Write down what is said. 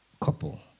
couple